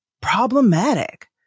problematic